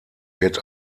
wird